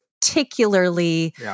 particularly